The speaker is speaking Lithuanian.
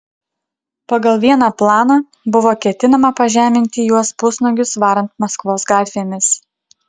pagal vieną planą buvo ketinama pažeminti juos pusnuogius varant maskvos gatvėmis